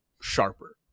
sharper